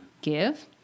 give